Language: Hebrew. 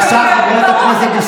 הם הפריעו לי.